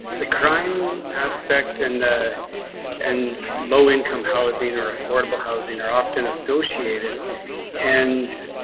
the crime aspect in the and low income housing or affordable housing are often associated and.